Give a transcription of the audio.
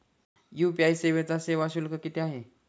UPI सेवेचा सेवा शुल्क किती आहे?